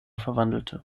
verwandelte